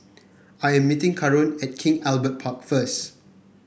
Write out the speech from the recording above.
I am meeting Karon at King Albert Park first